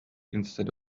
instead